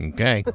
Okay